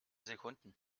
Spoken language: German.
sekunden